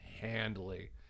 handily